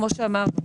כמו שאמרנו,